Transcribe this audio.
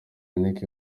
yannick